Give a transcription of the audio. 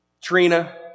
Trina